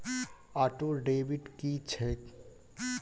Auto debit की छैक?